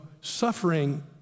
suffering